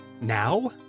Now